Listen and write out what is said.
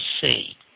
see